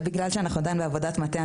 בגלל שאנחנו עדיין נמצאים בתוך עבודת מטה,